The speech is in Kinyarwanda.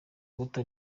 mbuto